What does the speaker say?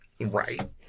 Right